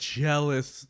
jealous